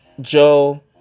Joe